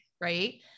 right